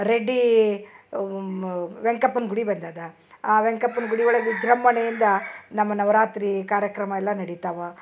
ready ವೆಂಕಪ್ಪನ ಗುಡಿ ಬಂದದ ಆ ವೆಂಕಪ್ಪನ ಗುಡಿ ಒಳಗ ವಿಜೃಂಭಣೆಯಿಂದ ನಮ್ಮ ನವರಾತ್ರಿ ಕಾರ್ಯಕ್ರಮ ಎಲ್ಲ ನಡಿತವ